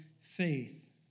faith